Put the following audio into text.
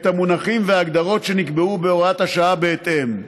המונחים וההגדרות שנקבעו בהוראת השעה בהתאם,